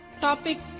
Topic